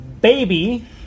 Baby